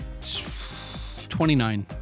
29